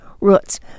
roots